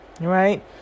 right